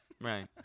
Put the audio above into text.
Right